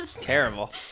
Terrible